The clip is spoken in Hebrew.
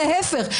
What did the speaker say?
להפך.